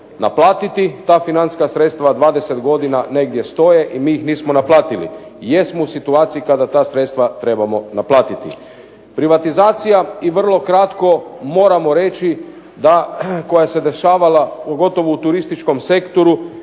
naplatiti ta financijska sredstva, 20 negdje stoje i mi ih nismo naplatili. Jesmo u situaciji kada ta sredstva trebamo naplatiti. Privatizacija i vrlo kratko moramo reći da koja se dešavala, pogotovo u turističkom sektoru,